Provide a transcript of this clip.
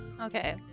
okay